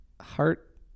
Heart